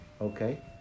Okay